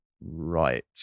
Right